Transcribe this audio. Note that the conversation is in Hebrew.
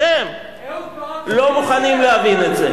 אתם לא מוכנים להבין את זה.